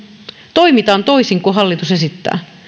toimitaan toisin kuin hallitus esittää